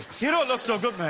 you don't look so good,